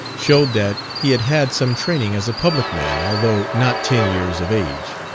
showed that he had had some training as a public man although not ten years of age.